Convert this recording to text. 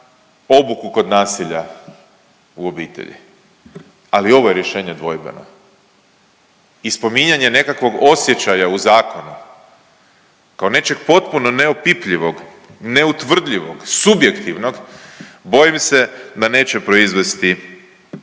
obuku kod nasilja u obitelji, a i ovo je rješenje dvojbeno. I spominjanje nekakvog osjećaja u zakonu kao nečeg potpuno neopipljivog, neutvrdljivog, subjektivnog, bojim se da neće proizvesti